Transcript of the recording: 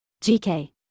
GK